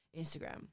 Instagram